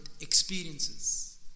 experiences